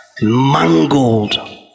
mangled